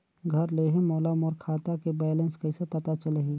घर ले ही मोला मोर खाता के बैलेंस कइसे पता चलही?